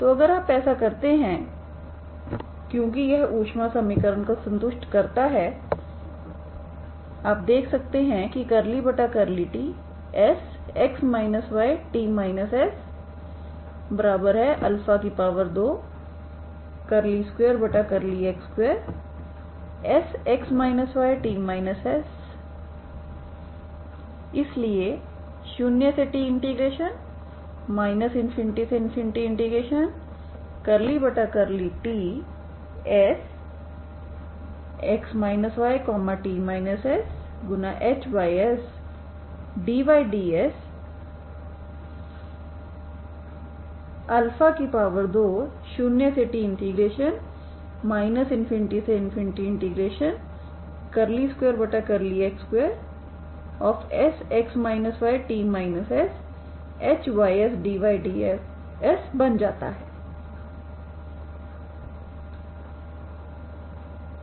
तो अगर आप ऐसा करते हैं क्योंकि यह ऊष्मा समीकरण को संतुष्ट करता है आप देख सकते है कि ∂tSx yt s22x2Sx yt s इसलिए 0t ∞∂tSx yt shysdyds 20t ∞2x2Sx yt shysdyds बन जाता है